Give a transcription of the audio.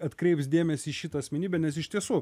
atkreips dėmesį į šitą asmenybę nes iš tiesų